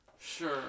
Sure